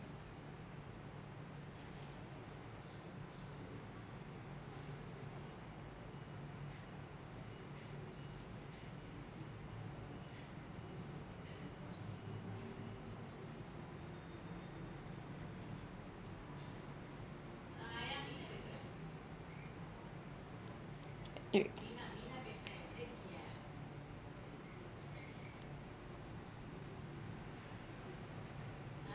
you